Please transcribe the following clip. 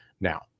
Now